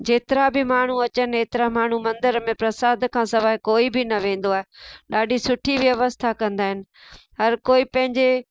जेतिरा बि माण्हू अचनि एतिरा माण्हू मंदर में प्रसाद खां सवाइ कोई बि न वेंदो आहे ॾाढी सुठी व्यवस्था कंदा आहिनि हर कोई पंहिंजे